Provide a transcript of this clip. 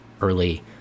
early